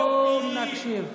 בוא נקשיב.